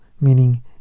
meaning